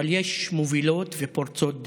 אבל יש מובילות ופורצות דרך.